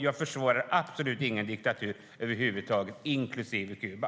Jag försvarar absolut ingen diktatur - inklusive Kuba.